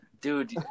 dude